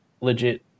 legit